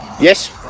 Yes